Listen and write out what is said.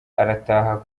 arataha